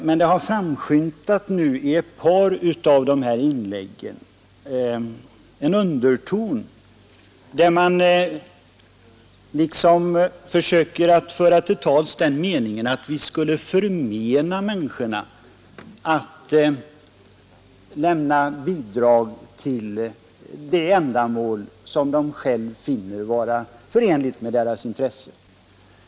Man har nu i ett par inlägg försökt föra till torgs meningen att vi skulle förmena människorna rätten att lämna bidrag till de ändamål som de själva finner förenliga med sina intressen.